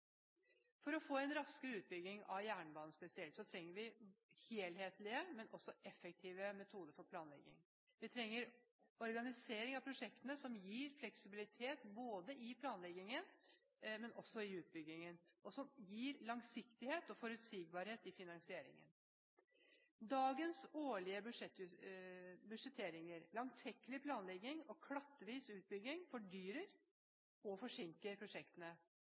For å få en raskere utbygging av jernbanen spesielt trenger vi helhetlige og effektive metoder for planlegging. Vi trenger organisering av prosjektene som gir fleksibilitet både i planleggingen og i utbyggingen, og som gir langsiktighet og forutsigbarhet i finansieringen. Dagens årlige budsjetteringer, langtekkelige planlegging og klattvise utbygging fordyrer og forsinker prosjektene.